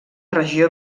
regió